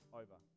over